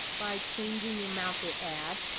by changing the amount they add,